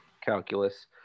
calculus